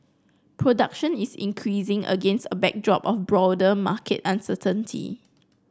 production is increasing against a backdrop of broader market uncertainty